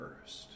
first